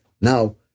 Now